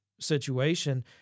situation